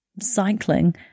cycling